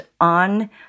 on